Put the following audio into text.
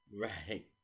Right